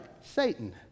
Satan